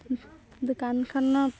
দোকানখনৰ